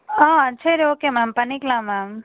ஆ சரி okay ma'am பண்ணிக்கலாம் ma'am